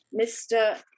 Mr